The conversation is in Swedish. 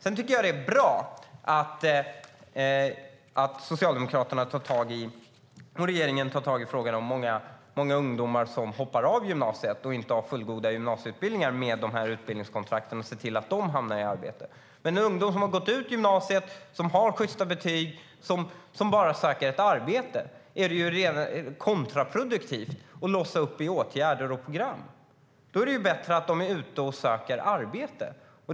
Jag tycker att det är bra att Socialdemokraterna och regeringen genom utbildningskontrakten tar tag i frågan att många ungdomar hoppar av gymnasiet och inte har fullgoda gymnasieutbildningar och att man ser till att de hamnar i arbete. Men ungdomar som har gått ut gymnasiet, som har sjysta betyg och som bara söker ett arbete är det kontraproduktivt att låsa in i åtgärder och program. Det är bättre att de är ute och söker arbete.